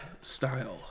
style